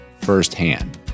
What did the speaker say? firsthand